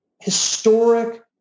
historic